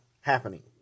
Happening